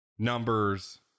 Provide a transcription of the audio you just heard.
Numbers